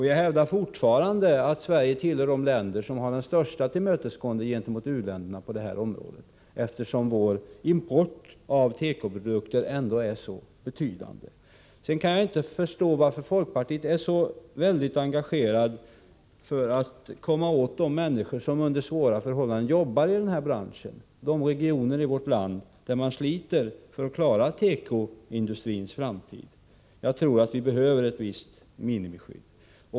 Jag hävdar fortfarande att Sverige tillhör de länder som har det största tillmötesgåendet gentemot u-länderna på det här området, eftersom vår import av tekoprodukter ändå är så betydande. Sedan kan jag inte förstå varför folkpartiet är så engagerat i att komma åt de människor som under svåra förhållanden arbetar i den här branschen i de regioner av vårt land där man sliter för att klara tekoindustrins framtid. Jag tror att vi behöver ett visst minimiskydd.